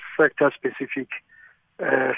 sector-specific